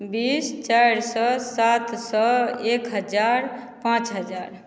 बीस चारि सए सात सए एक हजार पाॅंच हजार